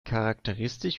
charakteristisch